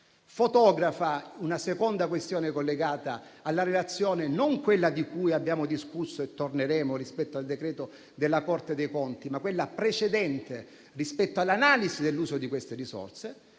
evidenzia una seconda questione collegata non alla relazione di cui abbiamo discusso e su cui torneremo, rispetto al decreto della Corte dei conti, ma a quella precedente relativa all'analisi dell'uso di queste risorse.